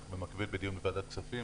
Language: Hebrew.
אנחנו במקביל בדיון בוועדת כספים.